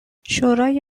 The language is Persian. شورای